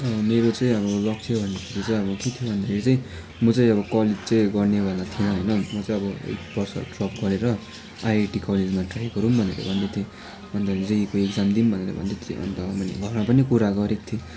मेरो चाहिँ अब लक्ष्य भन्दाखेरि चाहिँ अब के थियो म चाहिँ अब कलेज चाहिँ गर्ने वाला थिइनँ होइन म चाहिँ अब एक वर्ष ड्रप गरेर आइआइटी कलेजमा ट्राई गरौँ भनेर भन्दै थिएँ अन्त जेइइको एक्जाम दिउँ भनेर भन्दै थिएँ अन्त मैले घरमा पनि कुरा गरेको थिएँ